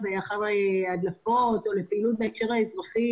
אחרי הדלפות או לפעילות בהקשר האזרחי